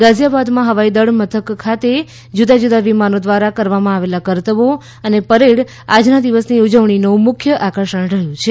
ગાઝીયાબાદમાં હવાઈ દળ મથક ખાતે જુદા જુદા વિમાનો દ્વારા કરવામાં આવેલા કરતબો અને પરેડ આજના દિવસની ઉજવણીનો મુખ્ય આકર્ષણ રહ્યું છે